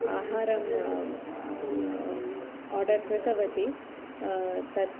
आहारम् आर्डर् कृतवती तत्